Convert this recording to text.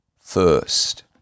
first